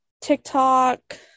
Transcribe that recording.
TikTok